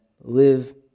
live